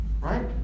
right